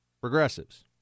progressives